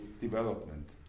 development